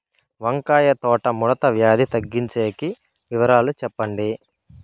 వంకాయ తోట ముడత వ్యాధి తగ్గించేకి వివరాలు చెప్పండి?